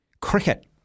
cricket